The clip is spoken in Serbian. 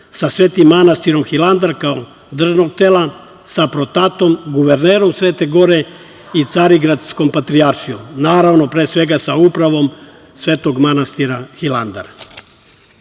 sa Svetim manastirom Hilandar kao državnog tela, sa PROTAT-om guvernerom Svete Gore i Carigradskom patrijaršijom, naravno, pre svega sa upravom Svetog manastira Hilandar. Mi